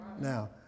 Now